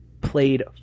played